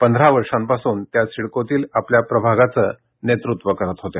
पंधरा वर्षांपासून त्या सिडकोतील आपल्या प्रभागाचे नेतृत्व करत होत्या